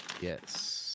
yes